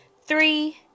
Three